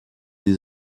des